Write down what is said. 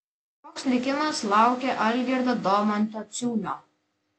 koks likimas laukia algirdo domanto ciūnio